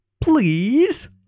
Please